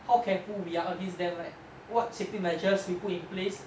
how careful we are against them like what safety measures we put in place